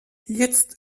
jetzt